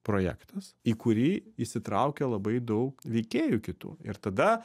projektas į kurį įsitraukia labai daug veikėjų kitų ir tada